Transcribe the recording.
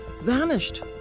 vanished